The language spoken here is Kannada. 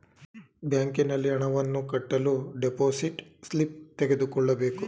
ಬ್ಯಾಂಕಿನಲ್ಲಿ ಹಣವನ್ನು ಕಟ್ಟಲು ಡೆಪೋಸಿಟ್ ಸ್ಲಿಪ್ ತೆಗೆದುಕೊಳ್ಳಬೇಕು